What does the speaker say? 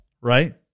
right